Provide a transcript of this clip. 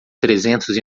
trezentos